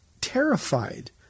terrified